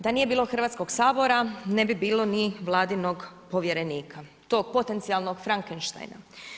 Da nije bilo Hrvatskog sabora, ne bi bilo ni vladinog povjerenika, tog potencijalnog Frankensteina.